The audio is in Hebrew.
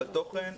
בתוכן,